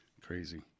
Crazy